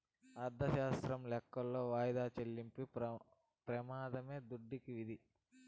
అర్ధశాస్త్రం లెక్కలో వాయిదా చెల్లింపు ప్రెమానమే దుడ్డుకి విధి